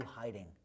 hiding